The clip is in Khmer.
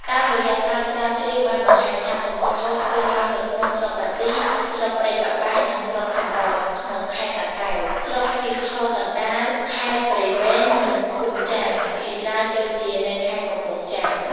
តាមរយៈការស្រាវជ្រាវបានបង្ហាញថាសំពត់ហូលធ្វើឡើងនៅក្នុង ស្រុកបាទី ស្រុកព្រៃកប្បាស និងស្រុកសំរោង ក្នុងខេត្តតាកែវ ស្រុកស៊ីធរកណ្តាល ខេត្តព្រៃវែង និង ភូមិចាមជាច្រើនដូចជានៅខេត្តកំពង់ចាម។